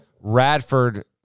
Radford